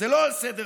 זה לא על סדר-היום.